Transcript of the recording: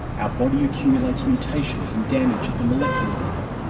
our body accumulates mutations and damage at the molecular level,